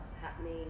happening